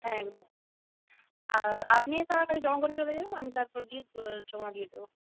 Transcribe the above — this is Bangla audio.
হ্যাঁ একদম আপনি এসে আমার কাছে জমা করে চলে যাবেন আমি তারপর গিয়ে জমা দিয়ে দেবো